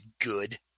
good